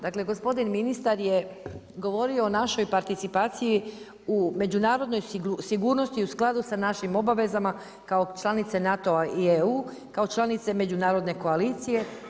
Dakle, gospodin ministar je govorio o našoj participaciji u međunarodnoj sigurnosti u skladu sa našim obavezama kao članice NATO-a i EU, kao članice međunarodne koalicije.